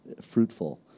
fruitful